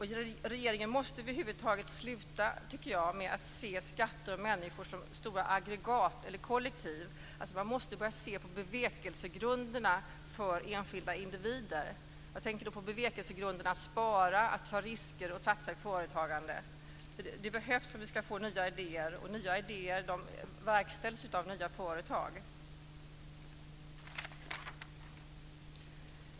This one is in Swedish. Regeringen måste över huvud taget sluta med att se skatter och människor som stora aggregat eller kollektiv. Man måste börja se på bevekelsegrunderna för enskilda individer. Jag tänker på bevekelsegrunderna att spara, att ta risker och att satsa i företagande. Det behövs om vi ska få nya idéer, och nya idéer verkställs ju av nya företag.